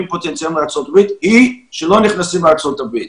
פוטנציאלים לארצות הברית היא שלא נכנסים לארצות הברית.